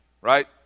right